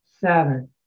Seven